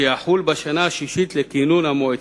שיחול בשנה השישית לכינון המועצה.